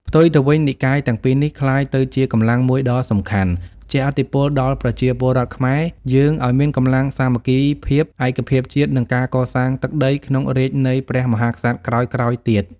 ផ្ទុយទៅវិញ និកាយទាំងពីរនេះក្លាយទៅជាកម្លាំងមួយដ៏សំខាន់ ជះឥទ្ធិពលដល់ប្រជាពលរដ្ឋខ្មែរ យើងឱ្យមានកម្លាំងសាមគ្គីភាពឯកភាពជាតិ និងការកសាងទឹកដីក្នុងរាជ្យនៃព្រះមហាក្សត្រក្រោយៗទៀត។